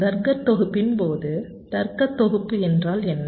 தர்க்கத் தொகுப்பின் போது தர்க்கத் தொகுப்பு என்றால் என்ன